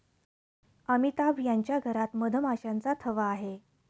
अमिताभ यांच्या घरात मधमाशांचा थवा आहे